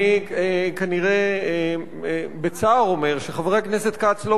בצער אני אומר שכנראה חבר הכנסת כץ לא